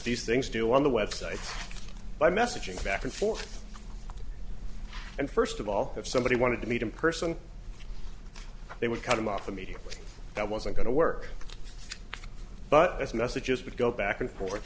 these things do on the web site by messaging back and forth and first of all if somebody wanted to meet in person they would cut him off immediately that wasn't going to work but as messages would go back and forth